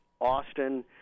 Austin